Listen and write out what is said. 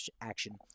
action